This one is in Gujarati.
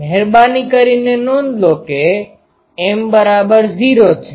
મહેરબાની કરીને નોંધ લો કે m0 છે